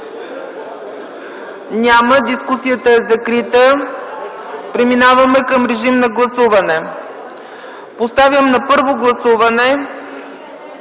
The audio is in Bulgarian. Няма. Дискусията е закрита. Преминаваме към гласуване. Поставям на първо гласуване